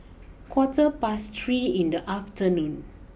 quarter past three in the afternoon